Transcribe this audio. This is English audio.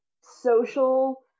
social